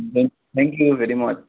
thank you very much